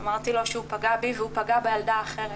אמרתי לו שהוא פגע בי והוא פגע בילדה האחרת.